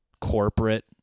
corporate